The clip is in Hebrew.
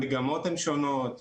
המגמות הן שונות,